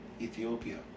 Ethiopia